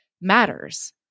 matters